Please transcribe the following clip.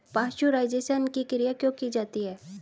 Pasteurisation की क्रिया क्यों की जाती है?